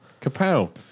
Capel